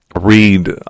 read